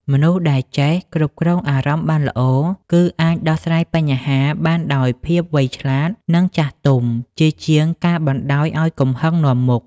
មនុស្សដែលចេះគ្រប់គ្រងអារម្មណ៍បានល្អ គឺអាចដោះស្រាយបញ្ហាបានដោយភាពវៃឆ្លាត និងចាស់ទុំ ជាជាងការបណ្តោយឲ្យកំហឹងនាំមុខ។